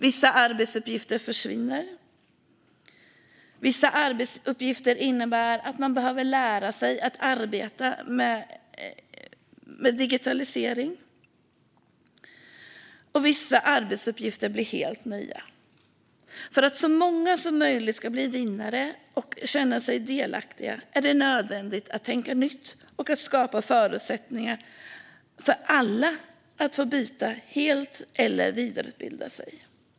Vissa arbetsuppgifter försvinner, vissa arbetsuppgifter innebär att man behöver lära sig att arbeta med digitalisering och vissa arbetsuppgifter blir helt nya. För att så många som möjligt ska bli vinnare och känna sig delaktiga är det nödvändigt att tänka nytt och att skapa förutsättningar för alla att få byta helt eller vidareutbilda sig.